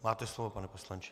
Máte slovo, pane poslanče.